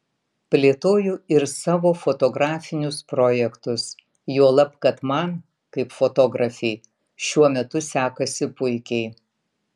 plėtoju ir savo fotografinius projektus juolab kad man kaip fotografei šiuo metu sekasi puikiai